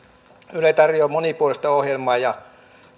yle tarjoaa monipuolista ohjelmaa ja